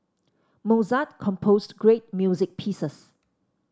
Mozart composed great music pieces